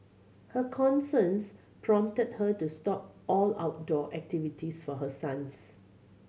her concerns prompted her to stop all outdoor activities for her sons